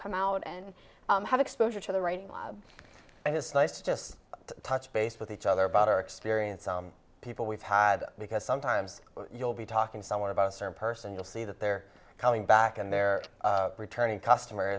come out and have exposure to the writing and it's nice to just touch base with each other about our experience of people we've had because sometimes you'll be talking to someone about a certain person you'll see that they're coming back and they're returning customer